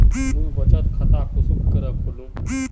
मुई बचत खता कुंसम करे खोलुम?